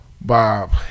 bob